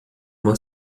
uma